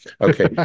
okay